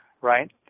right